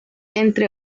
entre